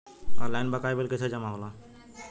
Online बकाया bill कैसे जमा होला?